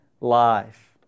life